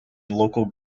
local